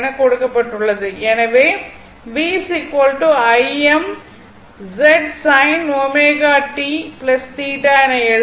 எனவே என எழுதலாம்